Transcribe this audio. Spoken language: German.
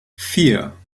vier